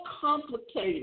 complicated